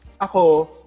ako